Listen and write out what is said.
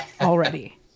already